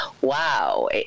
Wow